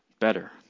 better